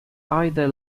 either